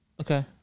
Okay